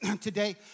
today